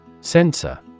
Sensor